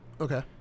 Okay